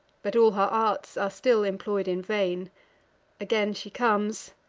but all her arts are still employ'd in vain again she comes,